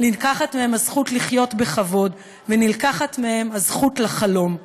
נלקחת מהן הזכות לחיות בכבוד ונלקחת מהן הזכות לחלום,